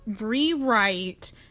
rewrite